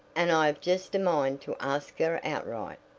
and i just a mind to ask her outright.